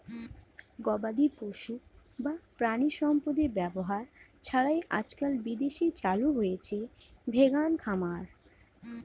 গবাদিপশু বা প্রাণিসম্পদের ব্যবহার ছাড়াই আজকাল বিদেশে চালু হয়েছে ভেগান খামার